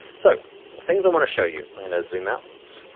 so things i wanna show you, i'm gonna zoom out,